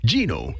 Gino